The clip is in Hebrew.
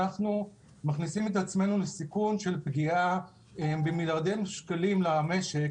אנחנו מכניסים את עצמנו לסיכון של פגיעה במיליארדי שקלים למשק,